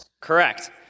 Correct